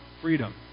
freedom